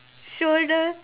shoulder